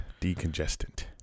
Decongestant